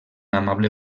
amable